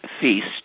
feast